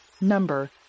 Number